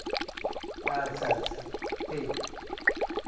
ᱟᱪᱪᱷᱟ ᱟᱪᱪᱷᱟ ᱴᱷᱤᱠ